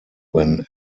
when